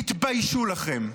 תתביישו לכם.